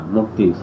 Mukti